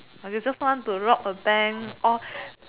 or you just want rob a bank or